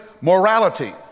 morality